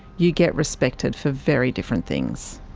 you get respected for very different things.